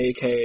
AK